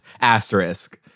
Asterisk